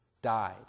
died